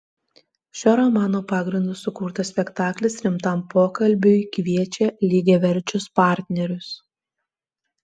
šio romano pagrindu sukurtas spektaklis rimtam pokalbiui kviečia lygiaverčius partnerius